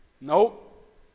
nope